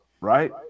right